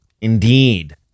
indeed